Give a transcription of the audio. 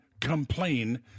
complain